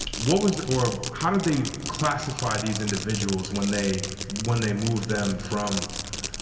what was or how did they classify these individuals when they when they moved them from